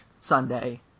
Sunday